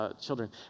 children